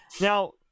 Now